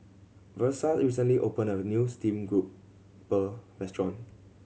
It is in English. Versa recently opened a new steamed grouper restaurant